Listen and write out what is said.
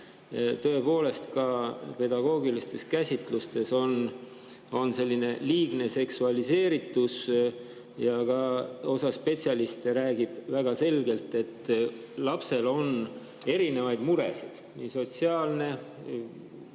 Tõepoolest, ka pedagoogilistes käsitlustes on selline liigne seksualiseeritus. Ka osa spetsialiste räägib väga selgelt, et lastel on erinevaid muresid. Sotsiaalne [külg]